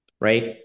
right